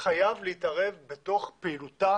חייב להתערב בתוך פעילותה